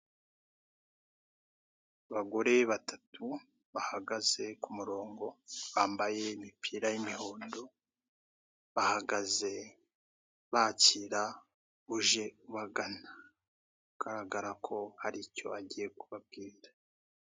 Abagore batatu bahagaze ku muronko bambaye imipira y'umuhondo, bahagaze bakira uje ubagana, bigaragara ko hari icyo agiye kubabwira.